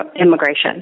immigration